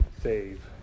save